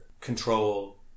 control